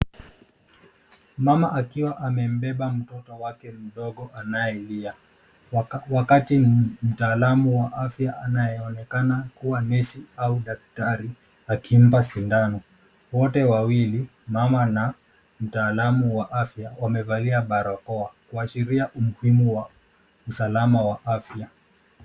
Mama akiwa amembeba mtoto wake mdogo anayelia wakati mtaalamu wa afya anayeonekana kuwa nesi au daktari akimpa sindano. Wote wawili, mama na mtaalamu wa afya, wamevalia barakoa kuashiria umuhimu wa usalama wa afya.